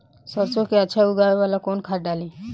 सरसो के अच्छा उगावेला कवन खाद्य डाली?